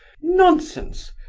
nonsense,